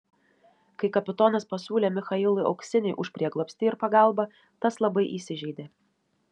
kai kapitonas pasiūlė michailui auksinį už prieglobstį ir pagalbą tas labai įsižeidė